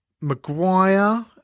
Maguire